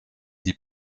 die